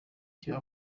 icyo